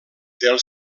del